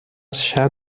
shah